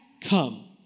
come